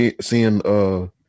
seeing